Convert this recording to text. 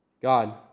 God